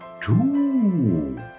Two